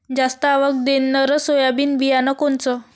जास्त आवक देणनरं सोयाबीन बियानं कोनचं?